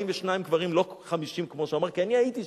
42 קברים, לא 50 כמו שהוא אמר, כי אני הייתי שם.